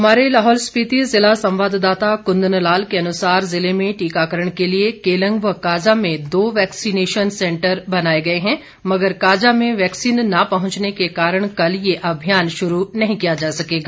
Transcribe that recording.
हमारे लाहौल स्पीति जिला संवाददाता कुंदन लाल के अनुसार जिले में टीकाकरण के लिए केलंग व काजा में दो वैक्सीनेशन सेंटर बनाए गए हैं मगर काजा में वैक्सीन न पहुंचने के कारण कल ये अभियान शुरू नहीं किया जा सकेगा